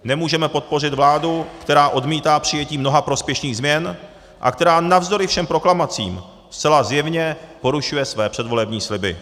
Nemůžeme podpořit vládu, která odmítá přijetí mnoha prospěšných změn a která navzdory všem proklamacím zcela zjevně porušuje své předvolební sliby.